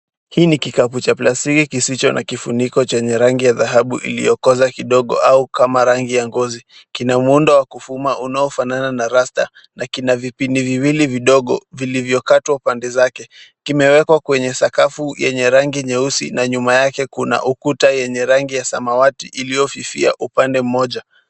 Hii ni kikapu cha plastiki kisicho na kifuniko chenye rangi ya dhahabu iliyokosa kidogo au kama rangi ya ngozi. Kina muundo wa kufuma unaofanana na rasta na kina vipindi viwili vidogo vilivyokatwa upande zake. Kimewekwa kwenye sakafu yenye rangi nyeusi na nyuma yake kuna ukuta yenye rangi ya samawati iliyofifia upande mmoja.